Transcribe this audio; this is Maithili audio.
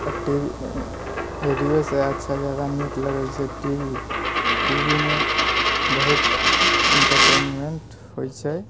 टी रेडियो से अच्छा जादा नीक लगै छै टीवी टीवीमे बहुत एण्टरटेनमेण्ट होइ छै